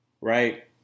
Right